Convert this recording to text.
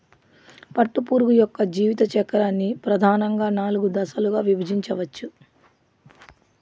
పట్టుపురుగు యొక్క జీవిత చక్రాన్ని ప్రధానంగా నాలుగు దశలుగా విభజించవచ్చు